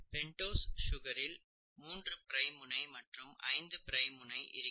pentose சுகரில் மூன்று prime முனை மற்றும் ஐந்து பிரைம் முனை இருக்கிறது